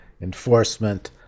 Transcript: enforcement